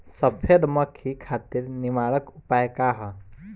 सफेद मक्खी खातिर निवारक उपाय का ह?